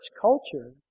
culture